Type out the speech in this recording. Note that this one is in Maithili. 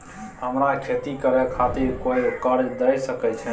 हमरा खेती करे खातिर कोय कर्जा द सकय छै?